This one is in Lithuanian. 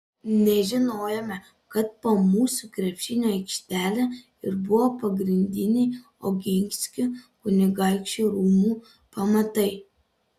nežinojome kad po mūsų krepšinio aikštele ir buvo pagrindiniai oginskių kunigaikščių rūmų pamatai